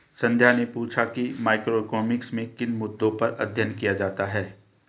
संध्या ने पूछा कि मैक्रोइकॉनॉमिक्स में किन मुद्दों पर अध्ययन किया जाता है